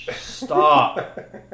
Stop